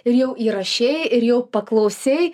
ir jau įrašei ir jau paklausei